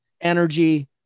energy